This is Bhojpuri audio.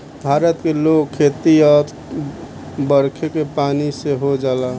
भारत के लोग के खेती त बरखे के पानी से हो जाला